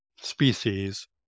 species